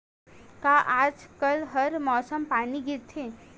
का आज कल हर मौसम पानी गिरथे?